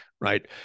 right